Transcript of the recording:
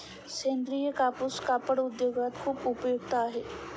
सेंद्रीय कापूस कापड उद्योगात खूप उपयुक्त आहे